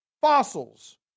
fossils